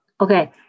okay